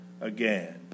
again